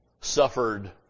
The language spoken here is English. suffered